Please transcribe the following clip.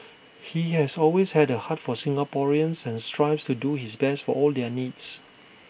he has always had A heart for Singaporeans and strives to do his best for all their needs